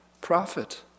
prophet